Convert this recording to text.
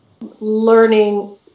learning